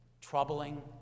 troubling